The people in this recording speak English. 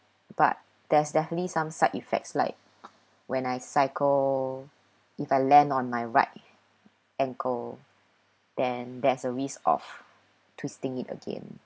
but there's definitely some side effects like when I cycle if I land on my right ankle then there's a risk of twisting it again